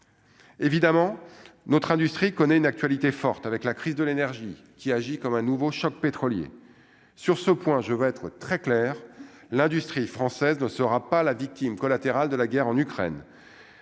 évidemment, notre industrie connaît une actualité forte avec la crise de l'énergie qui agit comme un nouveau choc pétrolier, sur ce point, je veux être très clair, l'industrie française ne sera pas la victime collatérale de la guerre en Ukraine,